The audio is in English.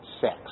sex